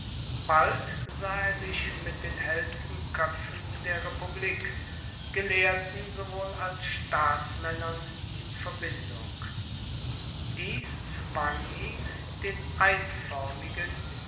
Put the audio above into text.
bald sah er sich mit den hellsten köpfen der republik gelehrten sowohl als staatsmännern in verbindung dies zwang ihn den